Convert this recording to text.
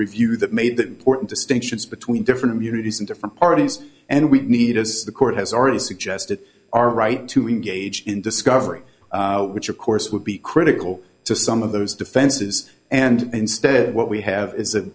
review that made that distinctions between different units in different parties and we need as the court has already suggested our right to engage in discovery which of course would be critical to some of those defenses and instead what we have is a